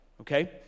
Okay